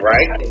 Right